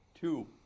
two